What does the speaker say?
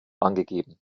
angegeben